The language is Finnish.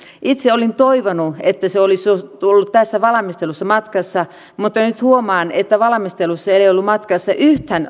itse olin toivonut että se olisi ollut tässä valmistelussa matkassa mutta nyt huomaan että valmistelussa ei ollut matkassa yhtään